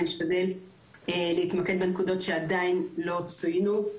אני אשתדל להתמקד בנקודת שעדיין לא צוינו.